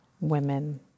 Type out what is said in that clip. women